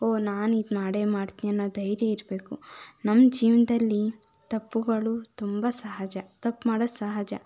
ಓಹ್ ನಾನು ಇದು ಮಾಡೇ ಮಾಡ್ತೀನಿ ಅನ್ನೊ ಧೈರ್ಯ ಇರಬೇಕು ನಮ್ಮ ಜೀವನದಲ್ಲಿ ತಪ್ಪುಗಳು ತುಂಬ ಸಹಜ ತಪ್ಪು ಮಾಡೋದು ಸಹಜ